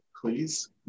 please